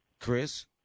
Chris